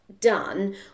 done